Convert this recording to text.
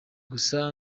gusa